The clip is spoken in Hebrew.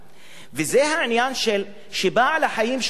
וזה העניין שבעל-החיים שמולך,